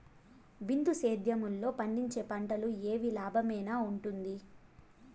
బిందు సేద్యము లో పండించే పంటలు ఏవి లాభమేనా వుంటుంది?